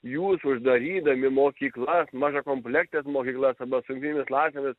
jūs uždarydami mokyklas mažakomplektes mokyklas arba su jungtinėmis klasėmis